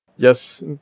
Yes